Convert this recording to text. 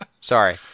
Sorry